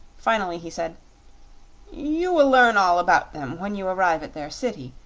finally, he said you will learn all about them when you arrive at their city.